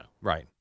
Right